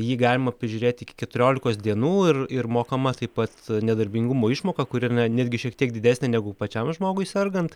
jį galima prižiūrėti iki keturiolikos dienų ir ir mokama taip pat nedarbingumo išmoka kuri na netgi šiek tiek didesnė negu pačiam žmogui sergant